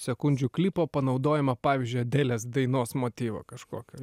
sekundžių klipo panaudojimą pavyzdžiui adelės dainos motyvą kažkokį